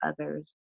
others